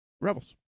Rebels